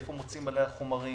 איפה מוצאים עליה חומרים.